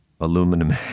aluminum